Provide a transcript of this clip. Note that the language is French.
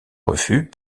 refus